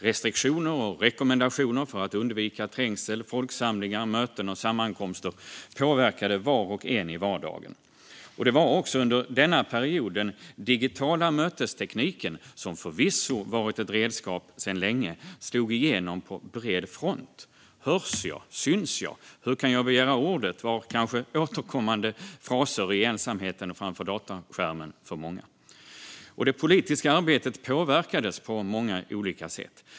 Restriktioner och rekommendationer för att undvika trängsel, folksamlingar, möten och sammankomster påverkade var och en i vardagen. Det var också under denna period den digitala mötestekniken, som förvisso varit ett redskap länge, slog igenom på bred front. Hörs jag? Syns jag? Hur kan jag begära ordet? Det var kanske återkommande fraser i ensamheten framför datorskärmen för många. Det politiska arbetet påverkades på många olika sätt.